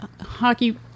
Hockey